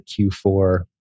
Q4